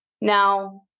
Now